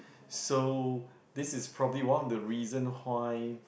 so this is probably one of the reason why